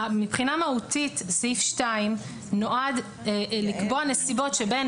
מבחינה מהותית סעיף 2 נועד לקבוע נסיבות בהן